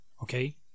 okay